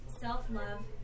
self-love